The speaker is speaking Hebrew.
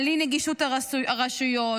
על אי-נגישות הרשויות,